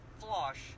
flush